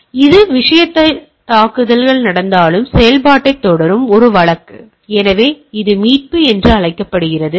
எனவே இது விஷயத்தில் தாக்குதல் நடந்தாலும் செயல்பாட்டைத் தொடரும் ஒரு வழக்கு எனவே இது மீட்பு என்று அழைக்கப்படுகிறது